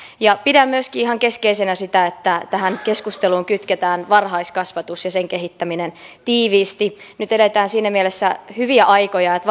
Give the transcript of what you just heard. pidän myöskin ihan keskeisenä sitä että tähän keskusteluun kytketään varhaiskasvatus ja sen kehittäminen tiiviisti nyt eletään siinä mielessä hyviä aikoja että